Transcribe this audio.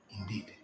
indeed